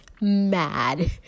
mad